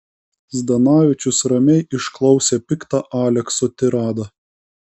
zdanavičius ramiai išklausė piktą alekso tiradą